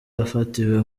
yafatiwe